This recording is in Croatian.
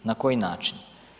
Na koji način?